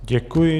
Děkuji.